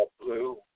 Blue